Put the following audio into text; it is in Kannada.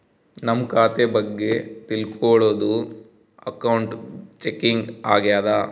ನಮ್ ಖಾತೆ ಬಗ್ಗೆ ತಿಲ್ಕೊಳೋದು ಅಕೌಂಟ್ ಚೆಕಿಂಗ್ ಆಗ್ಯಾದ